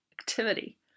activity